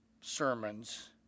sermons